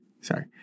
sorry